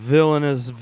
Villainous